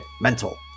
mental